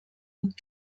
und